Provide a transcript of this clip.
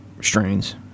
Strains